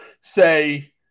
say